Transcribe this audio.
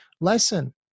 lesson